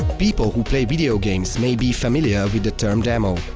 people who play video games may be familiar with the term demo.